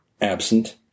absent